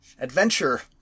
adventure